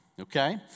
okay